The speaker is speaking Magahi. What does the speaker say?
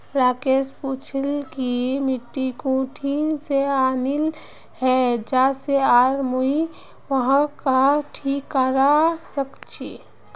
राकेश पूछिल् कि मिट्टी कुठिन से आनिल हैये जा से आर मुई वहाक् कँहे ठीक करवा सक छि